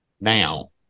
now